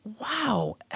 wow